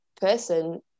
person